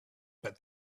but